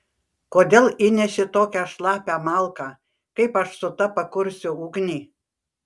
kodėl įneši tokią šlapią malką kaip aš su ta pakursiu ugnį